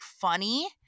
funny